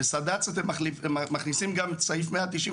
בסד"צ אתם מכניסים גם את סעיף 196,